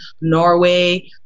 Norway